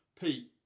Pete